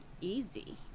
easy